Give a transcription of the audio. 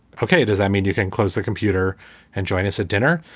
ok. does that mean you can close the computer and join us at dinner?